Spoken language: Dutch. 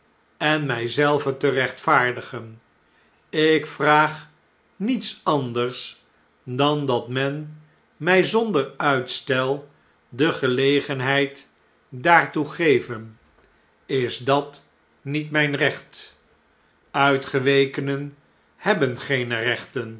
en mij zelven te rechtvaardigen ik vraag niets anders dan dat men mij zonder uitstel de gelegenheid daartoe geve is dat niet mjjn recht uitgewekenen hebben geene rechten